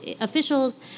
officials